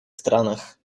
странах